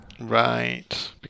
Right